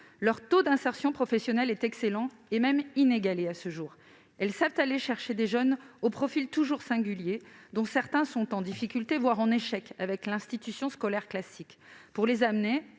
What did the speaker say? leur taux d'insertion professionnelle est remarquable et, à ce jour, inégalé. Ils savent aller chercher des jeunes aux profils toujours singuliers, dont certains sont en difficulté, voire en échec, dans l'institution scolaire classique, pour les amener,